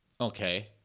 Okay